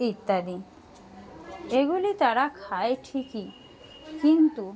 ইত্যাদি এগুলি তারা খায় ঠিকই কিন্তু